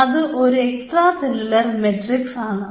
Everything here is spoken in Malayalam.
അത് ഒരു എക്സ്ട്രാ സെല്ലുലാർ മാട്രിക്സ് ആണ്